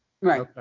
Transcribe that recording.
Right